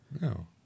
No